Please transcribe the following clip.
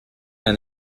and